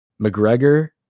mcgregor